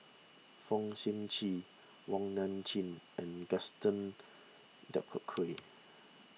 Fong Sip Chee Wong Nai Chin and Gaston Dutronquoy